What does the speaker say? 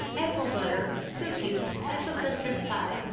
apple butter, cookies, half a custard pie,